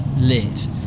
lit